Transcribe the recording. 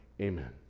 Amen